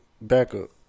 backup